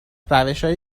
روشهای